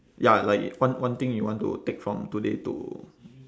ya like one one thing you want to take from today to